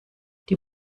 die